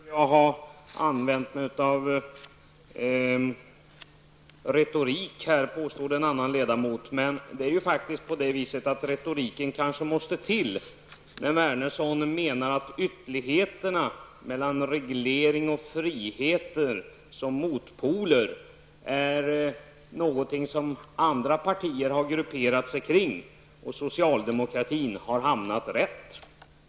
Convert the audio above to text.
Fru talman! Wernersson antyder att det inte är så viktigt med en debatt i denna fråga. Jag hävdar motsatsen. En talare i debatten påstod att jag skulle ha använt mig av retorik. Men det måste kanske till retorik när Wernersson menar att ytterligheterna reglering och frihet som motpoler är någonting som andra partier har grupperat sig kring och att socialdemokratin där har hamnat rätt.